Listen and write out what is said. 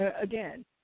again